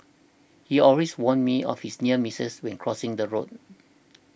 he always warn me of his near misses when crossing the road